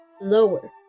lower